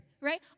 right